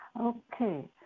Okay